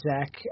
Zach